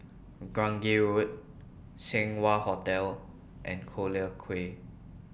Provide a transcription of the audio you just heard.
Grange Road Seng Wah Hotel and Collyer Quay